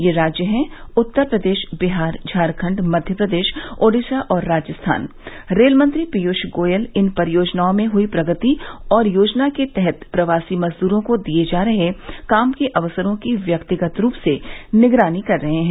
ये राज्य हैं उत्तर प्रदेश बिहार झारखंड मध्यप्रदेश ओडिशा और राजस्थान रेलमंत्री पीयूष गोयल इन परियोजनाओं में हुई प्रगति और योजना के तहत प्रवासी मजदूरों को दिए जा रहे काम के अवसरों की व्यक्तिगत रूप से निगरानी कर रहे हैं